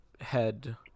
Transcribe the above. head